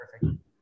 perfect